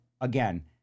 again